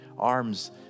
arms